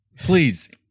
Please